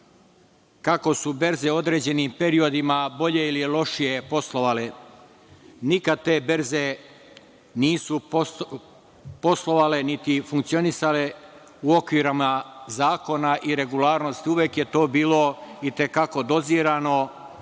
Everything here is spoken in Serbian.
kako su berze u određenim periodima bolje ili lošije poslovale. Nikad te berze nisu poslovale niti funkcionisale u okvirima zakona i regularnosti, uvek je to bilo i te kako dozirano